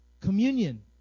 Communion